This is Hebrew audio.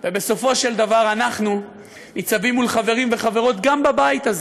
ובסופו של דבר אנחנו ניצבים מול חברים וחברות גם בבית הזה.